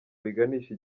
biganisha